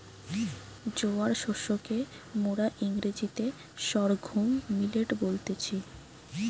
জোয়ার শস্যকে মোরা ইংরেজিতে সর্ঘুম মিলেট বলতেছি